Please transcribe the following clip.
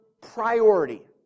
priority